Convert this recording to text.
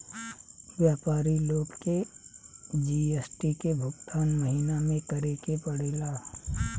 व्यापारी लोग के जी.एस.टी के भुगतान महीना में करे के पड़ेला